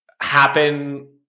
happen